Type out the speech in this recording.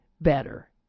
better